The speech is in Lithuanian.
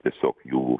tiesiog jų